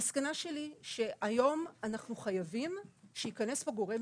המסקנה שלי שהיום אנחנו חייבים שייכנס פה גורם